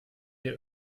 der